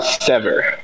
Sever